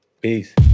Peace